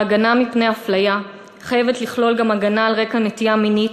ההגנה מפני אפליה חייבת לכלול גם הגנה על רקע נטייה מינית,